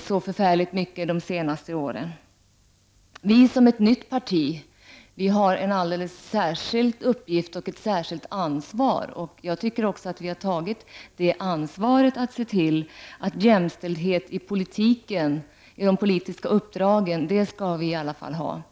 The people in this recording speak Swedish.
så mycket under de senaste åren. Vi som tillhör ett nytt parti har en alldeles särskild uppgift och ett särskilt ansvar, och jag tycker att vi har tagit fasta på det ansvaret genom att se till vi i alla fall skall ha jämställdhet i politiken, när det gäller de politiska uppdragen.